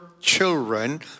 children